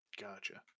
Gotcha